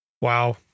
Wow